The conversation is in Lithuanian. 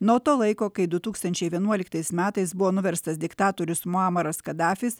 nuo to laiko kai du tūkstančiai vienuoliktais metais buvo nuverstas diktatorius muamaras kadafis